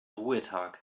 ruhetag